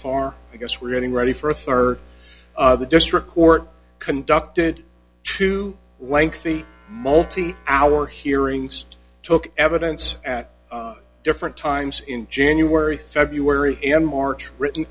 far i guess we're getting ready for a rd district court conducted two lengthy multi hour hearings took evidence at different times in january february and march written